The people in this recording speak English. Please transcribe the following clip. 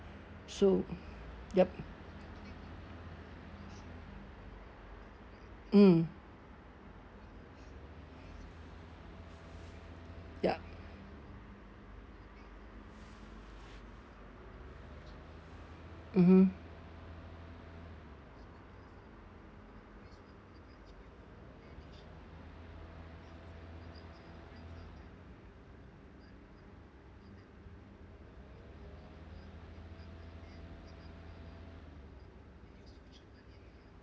so yup mm ya mmhmm